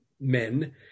men